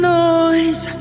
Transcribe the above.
noise